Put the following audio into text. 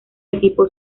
equipo